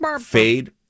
fade